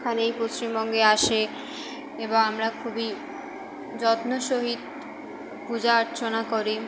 এখানেই পশ্চিমবঙ্গে আসে এবং আমরা খুবই যত্ন সহিত পূজা অর্চনা করি